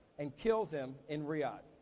and kills him in riyadh.